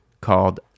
called